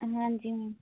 अ हाँ जी हाँ